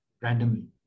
randomly